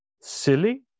silly